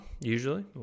usually